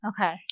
Okay